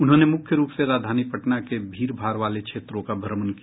उन्होंने मुख्य रूप से राजधानी पटना के भीड़ भाड़ वाले क्षेत्रों का भ्रमण किया